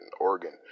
Oregon